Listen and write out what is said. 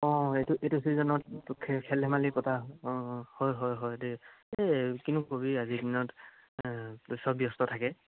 অঁ এইটো এইটো ছিজনত খেল ধেমালি পতা হয় অঁ হয় হয় হয় দে এই কিনো ক'বি আজিৰ দিনত চব ব্যস্ত থাকে